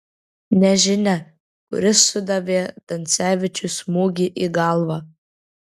nežinia kuris sudavė dansevičiui smūgį į galvą